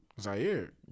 Zaire